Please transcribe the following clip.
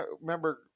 remember